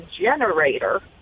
generator